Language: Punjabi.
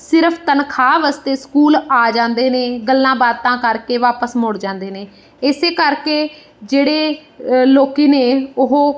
ਸਿਰਫ ਤਨਖਾਹ ਵਾਸਤੇ ਸਕੂਲ ਆ ਜਾਂਦੇ ਨੇ ਗੱਲਾਂ ਬਾਤਾਂ ਕਰਕੇ ਵਾਪਸ ਮੁੜ ਜਾਂਦੇ ਨੇ ਇਸੇ ਕਰਕੇ ਜਿਹੜੇ ਲੋਕ ਨੇ ਉਹ